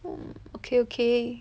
oh okay okay